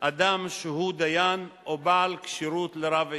אדם שהוא דיין או בעל כשירות לרב עיר.